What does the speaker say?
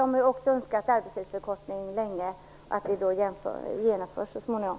De har ju också önskat arbetstidsförkortning länge, och jag hoppas att det kan genomföras så småningom.